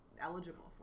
eligible